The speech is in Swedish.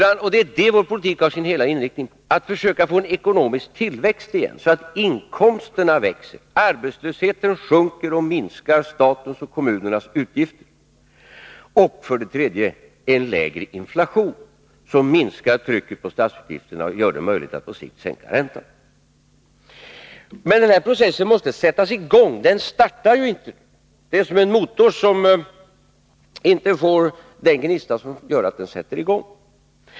Det är detta hela vår politik är inriktad på, att försöka få en ekonomisk tillväxt igen, så att inkomsterna växer, arbetslösheten sjunker och statens och kommunernas utgifter minskar. För det tredje: Vi vill ha en lägre inflation, som minskar trycket på statsutgifterna och gör det möjligt att på sikt sänka räntan. Men den här processen måste sättas i gång. Den startar inte. Det är som en motor som inte får den gnista som gör att den sätter i gång.